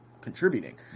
contributing